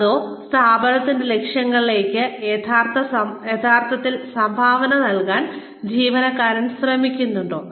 അതോ സ്ഥാപനത്തിന്റെ ലക്ഷ്യങ്ങളിലേക്ക് യഥാർത്ഥത്തിൽ സംഭാവന നൽകാൻ ജീവനക്കാരൻ ശ്രമിക്കുന്നുണ്ടോ